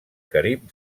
carib